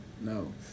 No